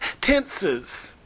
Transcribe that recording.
tenses